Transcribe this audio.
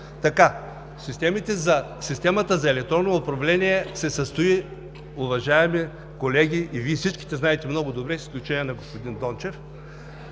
Системата за електронно управление се състои, уважаеми колеги, и Вие всички знаете много добре, с изключение на господин Дончев,